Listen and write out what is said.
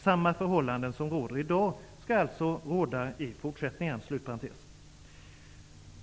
Samma förhållanden som råder i dag skall alltså råda i fortsättningen.